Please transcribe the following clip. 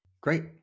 Great